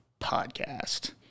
Podcast